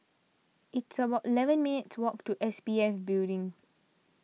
it's about eleven minutes' walk to S P F Building